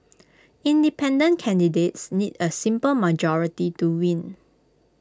independent candidates need A simple majority to win